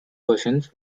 versions